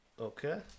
Okay